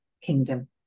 Kingdom